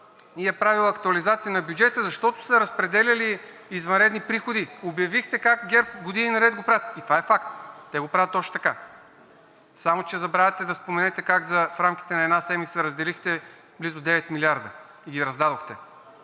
и е правила актуализация на бюджета, защото са разпределяли извънредни приходи. Обявихте как ГЕРБ години наред го правят и това е факт. Те го правят точно така. Само че забравяте да споменете как в рамките на една седмица разделихте близо 9 милиарда и ги раздадохте